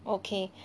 okay